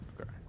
Okay